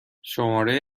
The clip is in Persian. شماره